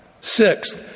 Sixth